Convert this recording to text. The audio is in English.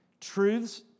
Truths